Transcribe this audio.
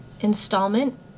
installment